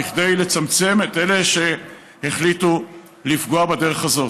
כדי לצמצם את מספרם של אלה שהחליטו לפגוע בדרך הזאת,